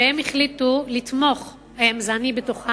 והם החליטו לתמוך, הם, זה אני בתוכם,